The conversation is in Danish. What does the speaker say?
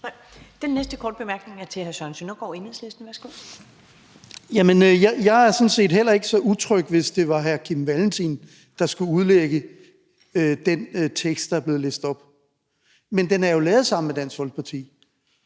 Den næste korte bemærkning er til hr. Søren Søndergaard, Enhedslisten. Værsgo. Kl. 19:38 Søren Søndergaard (EL): Jamen jeg er sådan set heller ikke så utryg, hvis det var hr. Kim Valentin, der skulle udlægge den tekst, der er blevet læst op; men den er jo lavet sammen med Dansk Folkeparti.